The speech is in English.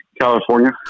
California